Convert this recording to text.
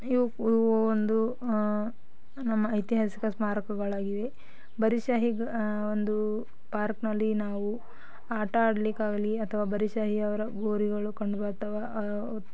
ಇವು ಇವು ಒಂದು ನಮ್ಮ ಐತಿಹಾಸಿಕ ಸ್ಮಾರಕಗಳಾಗಿವೆ ಬರೀದ್ ಶಾಹಿ ಒಂದು ಪಾರ್ಕ್ನಲ್ಲಿ ನಾವು ಆಟ ಆಡಲಿಕ್ಕಾಗಲಿ ಅಥವಾ ಬರೀದ್ ಶಾಹಿಯವರ ಗೋರಿಗಳು ಕಂಡುಬರ್ತಾವೆ